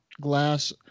glass